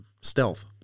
stealth